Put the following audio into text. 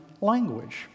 language